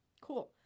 Cool